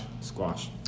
Squash